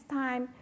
time